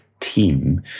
team